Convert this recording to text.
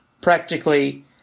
practically